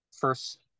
first